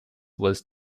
was